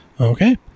Okay